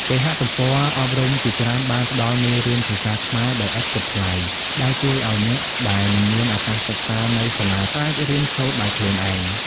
គេហទំព័រអប់រំជាច្រើនបានផ្តល់មេរៀនភាសាខ្មែរដោយឥតគិតថ្លៃ ដែលជួយឱ្យអ្នកដែលមិនមានឱកាសសិក្សានៅសាលាអាចរៀនសូត្រដោយខ្លួនឯង។